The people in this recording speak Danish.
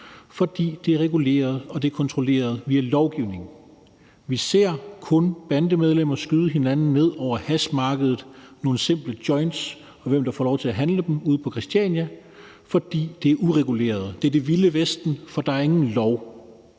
fordi det er reguleret og kontrolleret via lovgivning. Vi ser kun bandemedlemmer skyde hinanden ned over hashmarkedet, nogle simple joints, og hvem der får lov til at handle dem ude på Christiania. For det er ureguleret. Det er det vilde vesten, for der er ingen lov.